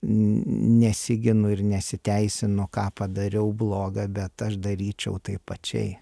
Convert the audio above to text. nesiginu ir nesiteisinu ką padariau bloga bet aš daryčiau taip pačiai